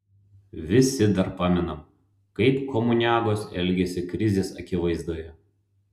visi dar pamenam kaip komuniagos elgėsi krizės akivaizdoje